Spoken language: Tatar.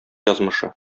язмышы